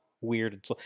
weird